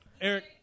Eric